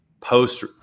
post